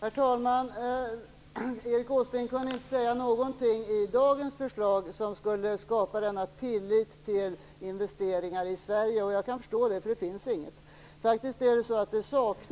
Herr talman! Erik Åsbrink kunde inte peka på någonting i dagens förslag som skulle skapa tillit till investeringar i Sverige, och jag kan förstå det, för det finns inget. Det saknas